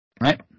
right